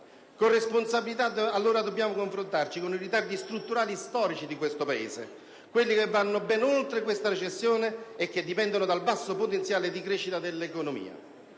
Con responsabilità dobbiamo allora confrontarci con i ritardi strutturali storici del Paese, quelli che vanno ben oltre questa recessione e che dipendono dal basso potenziale di crescita dell'economia.